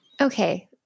Okay